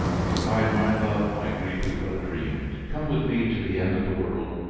beside my love, my grief is but a dream. come with me to the end of the world,